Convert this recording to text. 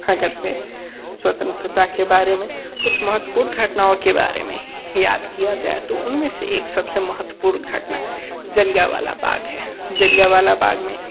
अगर से स्वतंत्रता के बारे में कुछ महत्वपूर्ण घटनाओं के बारे में याद किया जाए तो उनमें से एक सबसे महत्वपूर्ण घटना जलियाँवाला बाग है जलियाँवाला बाग में